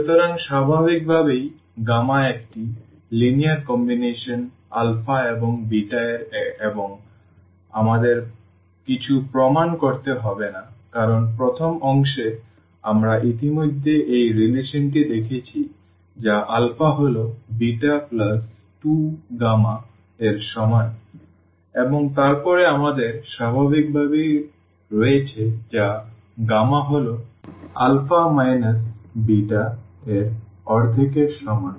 সুতরাং স্বাভাবিকভাবে একটি লিনিয়ার কম্বিনেশন এবং এর এবং আমাদের কিছু প্রমাণ করতে হবে না কারণ প্রথম অংশে আমরা ইতিমধ্যে এই সম্পর্কটি দেখিয়েছি যা হল plus 2 এর সমান এবং তারপরে আমাদের স্বাভাবিকভাবেই রয়েছে যা হল minus এর অর্ধেকের সমান